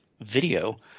video